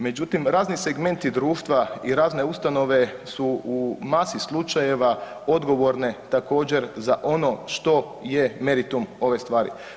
Međutim, razni segmenti društva i razne ustanove su u masi slučajeva odgovorne također za ono što je meritum ove stvari.